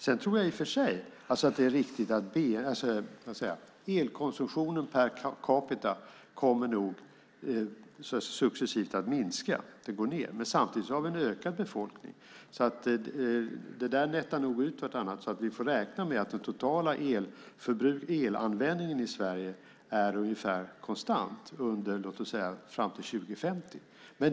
Sedan tror jag i och för sig att elkonsumtionen per capita successivt kommer att minska. Den går ned. Men samtidigt har vi en växande befolkning. Sett till nettot tar de nog ut varandra så vi får räkna med att den totala elanvändningen i Sverige är ungefär konstant fram till låt oss säga 2050.